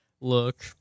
look